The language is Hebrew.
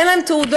אין להם תעודות.